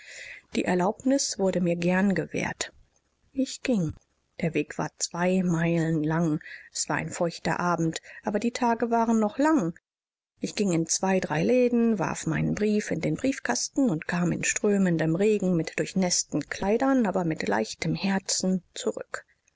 die erlaubnis wurde mir gern gewährt ich ging der weg war zwei meilen lang es war ein feuchter abend aber die tage waren noch lang ich ging in zwei drei läden warf meinen brief in den briefkasten und kam in strömendem regen mit durchnäßten kleidern aber mit leichtem herzen zurück